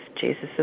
Jesus